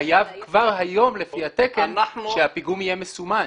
חייב כבר היום לפי התקן שהפיגום יהיה מסומן.